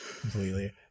completely